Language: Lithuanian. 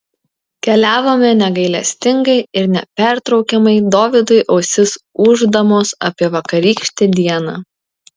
keliavome negailestingai ir nepertraukiamai dovydui ausis ūždamos apie vakarykštę dieną